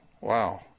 Wow